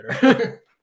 better